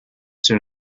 soon